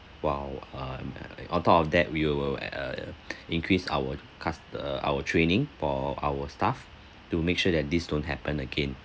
while um on top of that we will uh increase our cust~ uh our training for our staff to make sure that this don't happen again